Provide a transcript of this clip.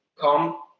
come